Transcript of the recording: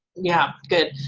yeah, good,